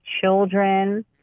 Children